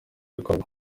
bikorwa